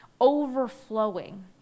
overflowing